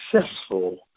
successful